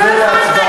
אני עובר להצבעה.